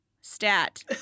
Stat